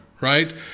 right